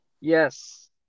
Yes